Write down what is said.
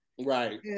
Right